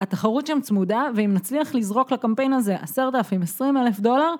התחרות שם צמודה, ואם נצליח לזרוק לקמפיין הזה עשרת אלפים, 20 אלף דולר